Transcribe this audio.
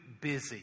busy